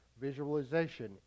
visualization